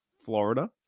Florida